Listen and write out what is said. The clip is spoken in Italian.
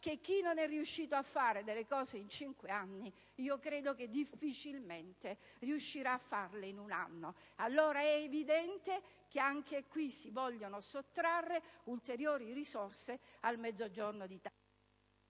che chi non è riuscito a fare determinate cose in cinque anni difficilmente riuscirà a farle in un anno. Allora è evidente che anche in questo caso si vogliono sottrarre ulteriori risorse al Mezzogiorno d'Italia